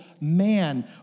man